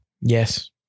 Yes